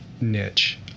niche